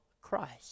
Christ